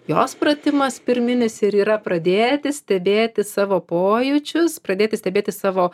jos pratimas pirminis ir yra pradėti stebėti savo pojūčius pradėti stebėti savo